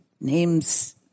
names